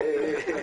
כאילו באים לברך,